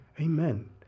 Amen